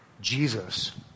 Jesus